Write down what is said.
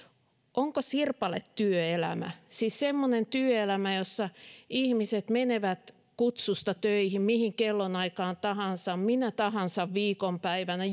onko sirpaletyöelämä siis semmoinen työelämä jossa ihmiset menevät kutsusta töihin mihin kellonaikaan tahansa minä tahansa viikonpäivänä